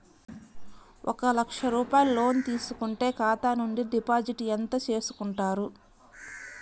ఒక లక్ష రూపాయలు లోన్ తీసుకుంటే ఖాతా నుండి డిపాజిట్ ఎంత చేసుకుంటారు?